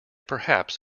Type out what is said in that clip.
perhaps